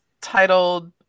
titled